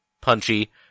Punchy